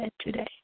today